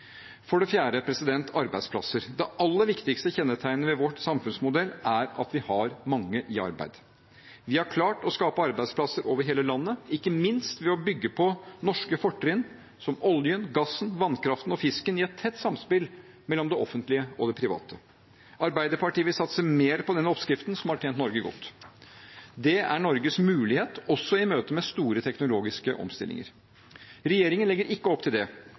For det fjerde arbeidsplasser: Det aller viktigste kjennetegnet ved vår samfunnsmodell er at vi har mange i arbeid. Vi har klart å skape arbeidsplasser over hele landet, ikke minst ved å bygge på norske fortrinn som oljen, gassen, vannkraften og fisken i et tett samspill mellom det offentlige og det private. Arbeiderpartiet vil satse mer på denne oppskriften, som har tjent Norge godt. Det er Norges mulighet også i møte med store teknologiske omstillinger. Regjeringen legger ikke opp til det.